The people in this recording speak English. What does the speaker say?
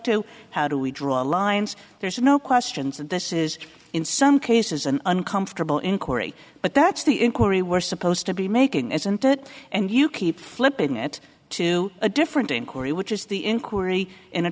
to how do we draw the lines there's no questions and this is in some cases an uncomfortable inquiry but that's the inquiry we're supposed to be making isn't it and you keep flipping it to a different inquiry which is the in